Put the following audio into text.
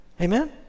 Amen